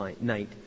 night